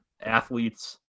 Athletes